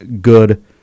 good